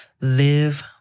live